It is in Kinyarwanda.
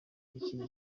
icyo